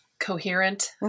coherent